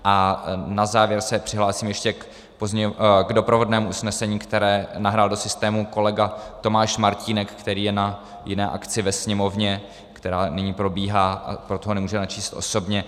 A na závěr se přihlásím ještě k doprovodnému usnesení, které nahrál do systému kolega Tomáš Martínek, který je na jiné akci ve Sněmovně, která nyní probíhá, a proto ho nemůže načíst osobně.